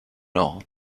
nord